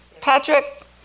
Patrick